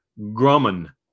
Grumman